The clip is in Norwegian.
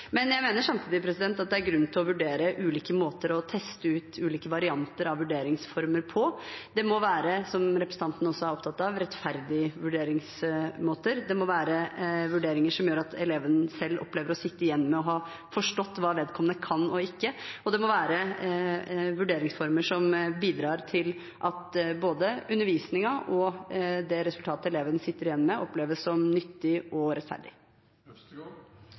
Samtidig mener jeg at det er grunn til å vurdere ulike måter å teste ulike varianter av vurderingsformer på. Det må være, som representanten også er opptatt av, rettferdige vurderingsmåter. Det må være vurderinger som gjør at eleven selv opplever å sitte igjen med å ha forstått hva vedkommende kan og ikke kan, og det må være vurderingsformer som bidrar til at både undervisningen og det resultatet eleven sitter igjen med, oppleves som nyttig og rettferdig.